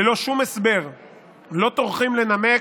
ללא שום הסבר, ולא טורחים לנמק,